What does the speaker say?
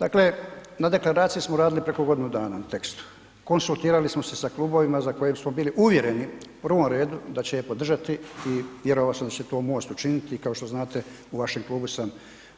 Dakle, na deklaraciji smo radili preko godinu dana, na tekstu, konsultirali smo se sa klubovima za koje smo bili uvjereni u prvom redu da će je podržati i vjerovao sam da će to MOST učiniti, kao što znate u vašem klubu sam